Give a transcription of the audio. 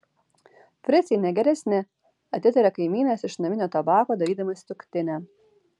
fricai ne geresni atitaria kaimynas iš naminio tabako darydamas suktinę